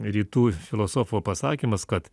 rytų filosofo pasakymas kad